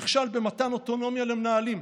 נכשל במתן אוטונומיה למנהלים,